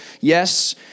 Yes